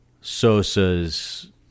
Sosa's